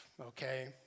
okay